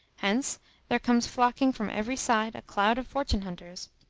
hence there comes flocking from every side a cloud of fortune hunters.